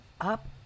up